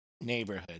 neighborhood